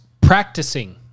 Practicing